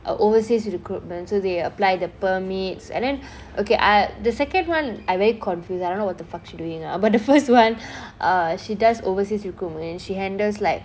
overseas recruitment so they apply the permits and then okay I the second one I very confused I don't know what the fuck she doing lah but the first one uh she does overseas recruitment she handles like